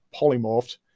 polymorphed